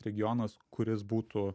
regionas kuris būtų